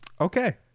Okay